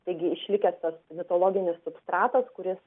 taigi išlikęs tas mitologinis substratas kuris